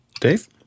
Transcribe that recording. Dave